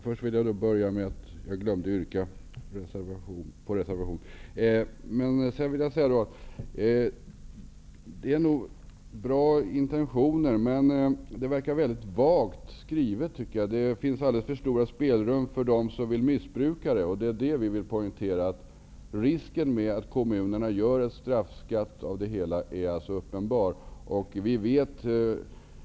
Herr talman! Jag vill först yrka bifall till reservationen. Jag glömde göra det förut. Sedan vill jag säga att det är nog bra intentioner som utskottet har, men betänkandet verkar väldigt vagt skrivet, tycker jag. Det finns alldeles för stort spelrum för dem som vill missbruka parkeringslagstiftningen. Vi vill poängtera att risken är uppenbar att kommunerna gör parkeringsavgifterna till en straffskatt.